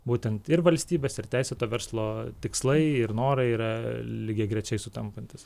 būtent ir valstybės ir teisėto verslo tikslai ir norai yra lygiagrečiai sutampantys